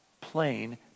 plain